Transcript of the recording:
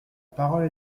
parole